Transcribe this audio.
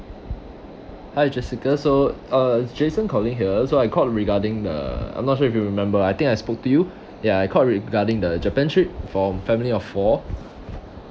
hi jessica so uh jason calling here so I called regarding the I'm not sure if you remember I think I spoke to you ya I called regarding the japan trip for family of four